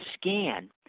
scan